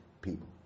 people